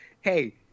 hey